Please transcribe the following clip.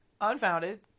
unfounded